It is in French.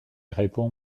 répond